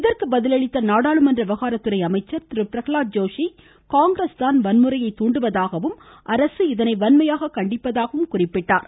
இதற்கு பதிலளித்த நாடாளுமன்ற விவகாரத்துறை அமைச்சர் திரு பிரகலாத் ஜோஷி காங்கிரஸ்தான் வன்முறையை தூண்டுவதாகவும் அரசு இதனை வன்மையாக கண்டிப்பதாகவும் தெரிவித்தார்